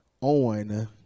on